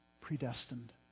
predestined